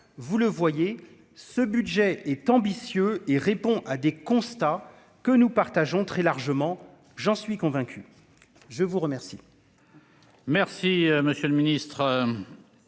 vous le voyez, ce budget est ambitieux et répond à des constats que nous partageons très largement, j'en suis convaincu, je vous remercie.